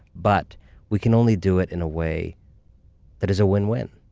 but we can only do it in a way that is a win win.